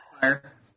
fire